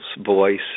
voice